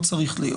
כי באנו להיטיב.